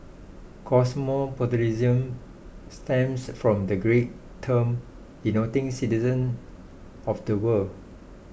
cosmopolitanism stems from the Greek term denoting citizen of the world